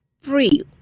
free